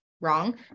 wrong